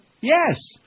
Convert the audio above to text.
Yes